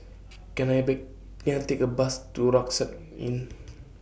Can I Bay Can I Take A Bus to Rucksack Inn